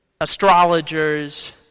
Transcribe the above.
astrologers